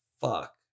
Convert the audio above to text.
fuck